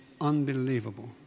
unbelievable